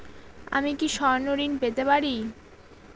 আমি কি স্বর্ণ ঋণ পেতে পারি?